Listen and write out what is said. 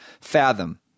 fathom